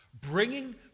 bringing